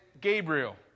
Gabriel